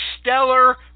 stellar